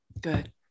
Good